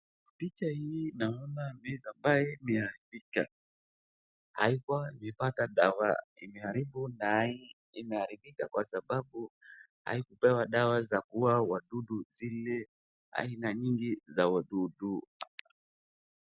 picha hii naona maize ambayo imeharibika. Haikuwa imepata dawa. Imeharibika kwasababu haikupewa dawa za kuuwa zile aina mingi za wadudu.